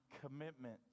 commitment